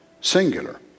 singular